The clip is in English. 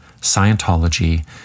Scientology